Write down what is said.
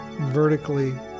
vertically